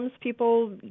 people